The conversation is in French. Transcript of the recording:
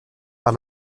par